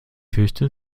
fürchte